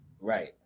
Right